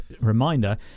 reminder